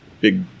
big